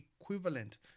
equivalent